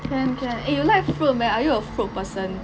can can eh you like fruit meh are you a fruit person